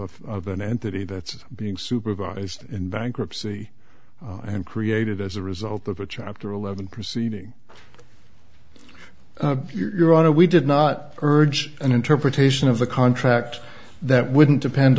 the of an entity that's being supervised in bankruptcy and created as a result of a chapter eleven proceeding if you are on a we did not urge an interpretation of the contract that wouldn't depend